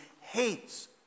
hates